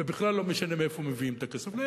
ובכלל לא משנה מאיפה מביאים את הכסף.